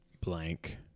blank